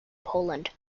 poland